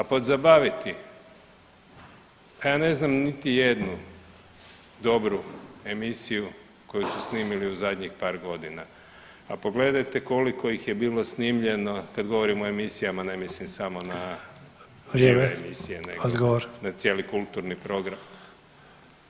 A pod zabaviti, pa ja ne znam niti jednu dobru emisiju koju su snimili u zadnjih par godina, a pogledajte koliko ih je bilo snimljeno, kad govorimo o emisijama, ne mislim samo na …/ upadica Ante Sanader: Odgovor./… emisije, nego na cijeli kulturni program.